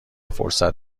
فرصت